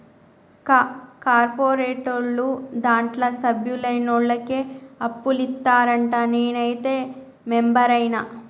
కా కార్పోరేటోళ్లు దాంట్ల సభ్యులైనోళ్లకే అప్పులిత్తరంట, నేనైతే మెంబరైన